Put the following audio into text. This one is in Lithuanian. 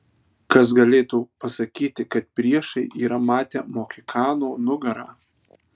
kas galėtų pasakyti kad priešai yra matę mohikano nugarą